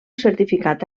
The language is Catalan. certificat